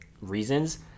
reasons